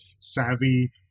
savvy